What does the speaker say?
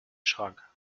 schrank